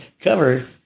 cover